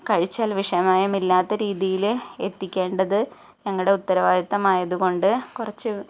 കഴിച്ചാല് വിഷമയമില്ലാത്ത രീതിയില് എത്തിക്കേണ്ടത് ഞങ്ങളുടെ ഉത്തരവാദിത്തം ആയതുകൊണ്ട് കുറച്ച്